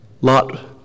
Lot